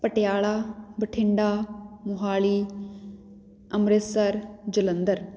Patiala Bathinda Mohali Amritsar Jalandhar